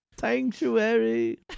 Sanctuary